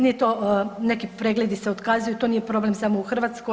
Nije to, neki pregledi se otkazuju to nije problem samo u Hrvatskoj.